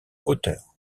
hauteur